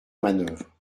manœuvre